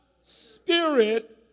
Spirit